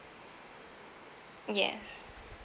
yes